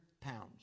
pounds